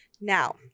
Now